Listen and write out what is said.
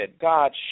God